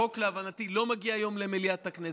החוק, להבנתי, לא מגיע היום למליאת הכנסת.